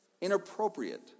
inappropriate